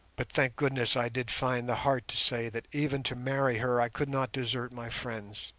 but thank goodness i did find the heart to say that even to marry her i could not desert my friends.